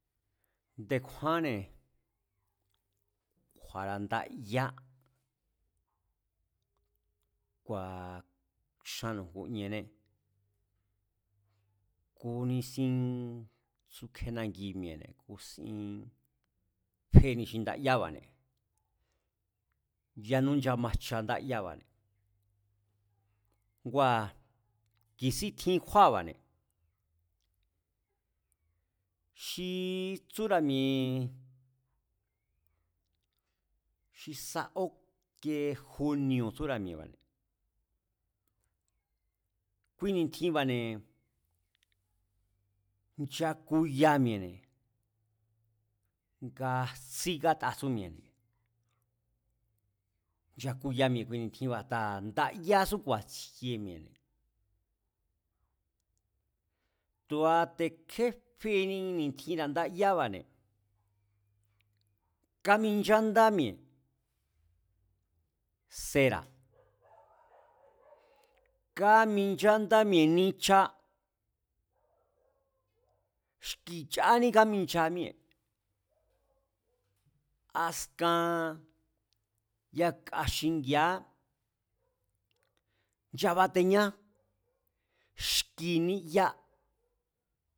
Nde̱ kjúánne̱ kju̱a̱ra̱ ndayá, kua̱ xánnu̱ ngu ienné kúnísín tsú kjenangi mi̱e̱ne̱, kúsin féni xi ndayába̱ne̱, yanú nchamajcha ndáyába̱ne̱. Ngua̱ ki̱sín tjin kjúáa̱ba̱ne̱, xi tsúra̱ mi̱e̱ xi sa óctub juni̱o̱ tsúra̱ mi̱e̱ne̱, kui ni̱tjinba̱ne̱ nchakuya mi̱e̱ne̱ nga jtsí kata tsú mi̱e̱ne̱, nchakuya mi̱e̱ kui ni̱tjinba̱ a̱taa̱ ndayasú ku̱a̱tsjie mi̱e̱ne̱, tu̱a te̱ kjé feni ni̱tjinra̱ ndayába̱ne̱, káminchándá mi̱e̱ sera̱, káminchádá mi̱e̱ nicha, xki̱ chání kaminchán míée̱, askan yaka xingi̱a̱á nchabatená xki̱ niya